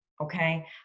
okay